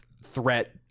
threat